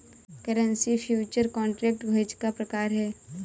currency future contract hedge का प्रकार है